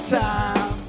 time